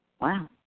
Wow